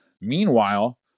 Meanwhile